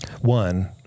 one